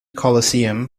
coliseum